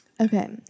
Okay